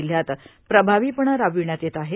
जिल्ह्यात प्रभावीपणं राबविण्यात येत आहे